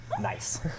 Nice